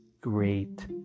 great